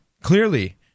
clearly